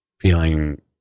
feeling